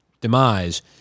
demise